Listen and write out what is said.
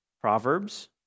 Proverbs